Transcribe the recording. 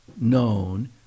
known